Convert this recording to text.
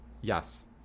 yes